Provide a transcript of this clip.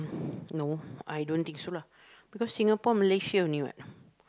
no I don't think so lah because Singapore Malaysia only what